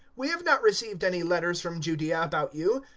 we have not received any letters from judaea about you,